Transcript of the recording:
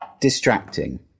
distracting